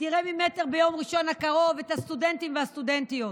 תראה ממטר ביום ראשון הקרוב את הסטודנטים והסטודנטיות,